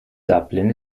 dublin